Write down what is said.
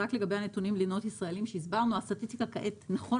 רק לגבי הנתונים על לינות ישראלים: הסטטיסטיקה נכון